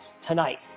tonight